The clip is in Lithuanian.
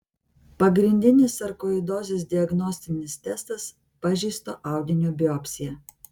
pagrindinis sarkoidozės diagnostinis testas pažeisto audinio biopsija